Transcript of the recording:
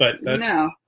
No